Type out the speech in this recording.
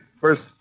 first